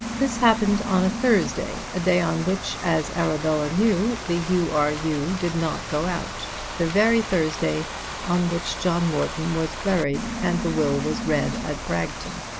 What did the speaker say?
this happened on a thursday, a day on which, as arabella knew, the u. r. u. did not go out the very thursday on which john morton was buried and the will was read at bragton.